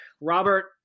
Robert